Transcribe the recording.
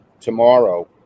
tomorrow